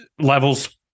levels